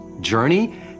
journey